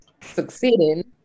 succeeding